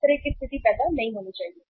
उस तरह की स्थिति पैदा नहीं होनी चाहिए